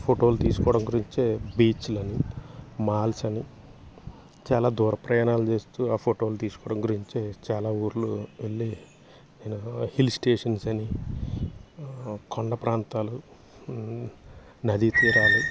ఫోటోలు తీసుకోవడం గురించే బీచ్లని మాల్స్ అని చాలా దూర ప్రయాణాలు చేస్తూ ఆ ఫోటోలు తీసుకోవడం గురించే చాలా ఊళ్ళు వెళ్ళి హిల్ స్టేషన్స్ అని కొండ ప్రాంతాలు నది తీరాలు